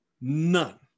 None